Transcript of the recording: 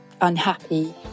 unhappy